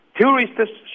Tourists